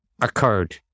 occurred